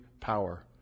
power